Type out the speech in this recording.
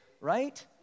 right